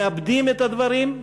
מעבדים את הדברים,